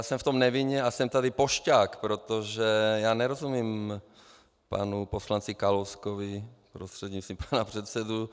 Jsem v tom nevinně a jsem tady pošťák, protože já nerozumím panu poslanci Kalouskovi, prostřednictvím pana předsedy.